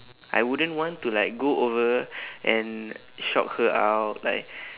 I wouldn't want to like go over and shock her out like